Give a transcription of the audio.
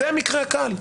זה המקרה הקל.